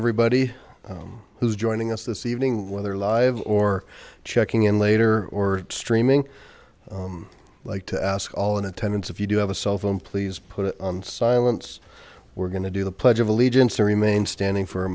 everybody who's joining us this evening whether live or checking in later or streaming like to ask all in attendance if you do have a cell phone please put it on silence we're going to do the pledge of allegiance and remain standing for a